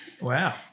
Wow